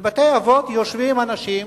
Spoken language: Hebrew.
בבתי-אבות יושבים אנשים